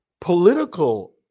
political